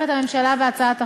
הממשלה תומכת בהצעת החוק.